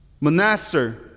Manasseh